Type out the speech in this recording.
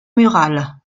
murales